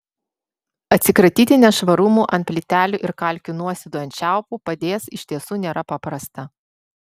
atsikratyti nešvarumų ant plytelių ir kalkių nuosėdų ant čiaupų padės iš tiesų nėra paprasta